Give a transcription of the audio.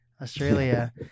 Australia